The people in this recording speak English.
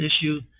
issue